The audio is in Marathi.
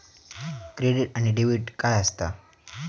क्रेडिट आणि डेबिट काय असता?